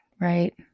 right